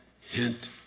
hint